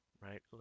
right